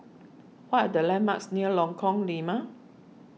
what are the landmarks near Lengkong Lima